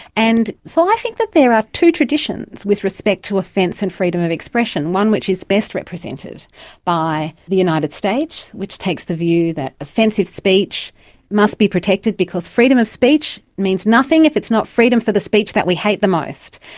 and so i think that there are two traditions with respect to offence and freedom of expression, one which is best represented by the united states which takes the view that offensive speech must be protected because freedom of speech means nothing if it's not freedom for the speech that we hate the most.